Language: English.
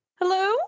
Hello